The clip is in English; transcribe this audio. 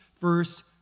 first